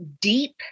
deep